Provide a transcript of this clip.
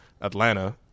Atlanta –